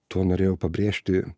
tuo norėjau pabrėžti